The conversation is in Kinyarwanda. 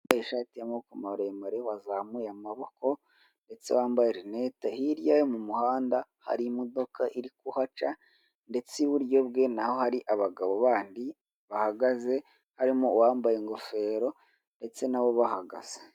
Bakoresha ishati y'amaboko maremare wazamuye amaboko ndetse wambaye reneti hirya yo mu muhanda hari imodoka iri kuhaca ndetse n'iburyo bwe naho hari abagabo bandi bahagaze harimo uwambaye ingofero ndetse nabo bahagaze.